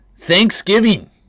Thanksgiving